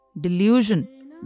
delusion